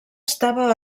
estava